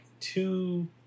two